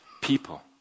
people